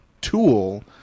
tool